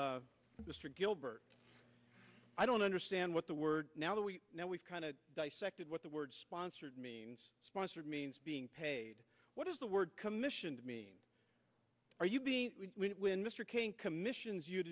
mr gilbert i don't understand what the word now that we know we've kind of dissected what the word sponsored means sponsored means being paid what is the word commission to me are you being when mr king commissions you